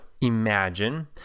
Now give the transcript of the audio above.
imagine